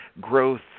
growth